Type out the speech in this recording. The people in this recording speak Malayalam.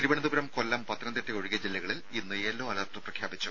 തിരുവനന്തപുരം കൊല്ലം പത്തനംതിട്ട ഒഴികെ ജില്ലകളിൽ ഇന്ന് യെല്ലോ അലർട്ട് പ്രഖ്യാപിച്ചു